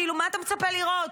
כאילו, מה אתה מצפה לראות?